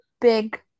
big